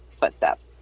footsteps